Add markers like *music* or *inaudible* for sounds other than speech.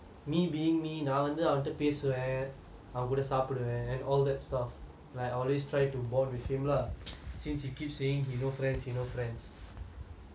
yeah so err then *noise* me being me நான் வந்து அவன்ட பேசுவேன் அவன்கூட சாப்பிடுவேன்:naan vandhu avanta pesuvaen avankuda saapiduvaen all that stuff I always try to bond with him lah since he keep saying he no friends he no friends